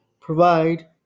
provide